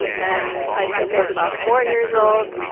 and i think i was about four years old.